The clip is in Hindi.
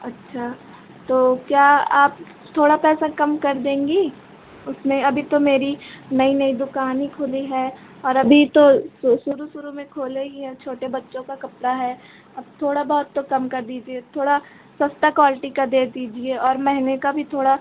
अच्छा तो क्या आप थोड़ा पैसा कम कर देंगी उसमें अभी तो मेरी नई नई दुकान ही खुली है और अभी तो शुरू शुरू में खोले ही हैं छोटे बच्चों का कपड़ा है अब थोड़ा बहुत तो कम कर दीजिए थोड़ा सस्ती क्वालिटी का दे दीजिए और महँगे का भी थोड़ा